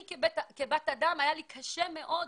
אני, כאדם, היה לי קשה מאוד